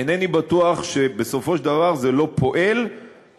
איני בטוח שבסופו של דבר זה לא פועל נגד